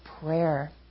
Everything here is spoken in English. prayer